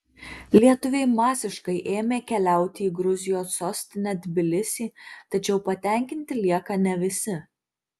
lietuviai masiškai ėmė keliauti į gruzijos sostinę tbilisį tačiau patenkinti lieka ne visi